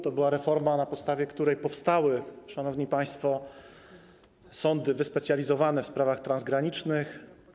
To była reforma, na podstawie której powstały, szanowni państwo, sądy wyspecjalizowane w sprawach transgranicznych.